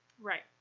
Right